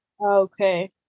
Okay